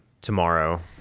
tomorrow